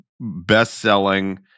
best-selling